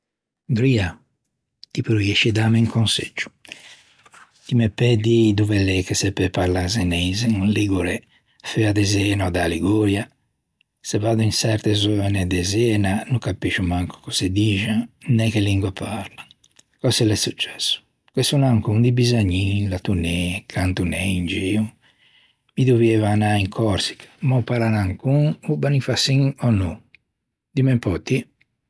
Dria, ti porriësci dâme un conseggio. Ti me peu dî dove l'é che se peu parlâ zeneise un ligure feua de Zena ò da-a Liguria? Se vaddo in çerte zöne de Zena no capiscio manco cöse dixan né che lingua parlan. Cöse l'é successo? Ghe son ancon di besagnin, lattonê, cantonê in gio? Mi dovieiva anâ in Còrsica. Ma ô parlan ancon o bonifaçin ò no? Dimme un pö ti.